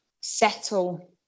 settle